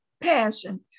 passion